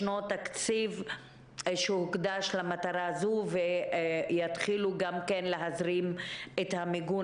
תקציב שהוקדש למטרה זו ויתחילו גם כן להזרים את המיגון